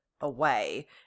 Away